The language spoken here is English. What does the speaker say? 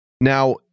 Now